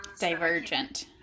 divergent